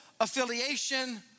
affiliation